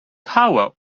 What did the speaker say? tower